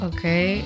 Okay